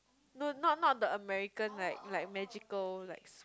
no not not the American like like magical like su~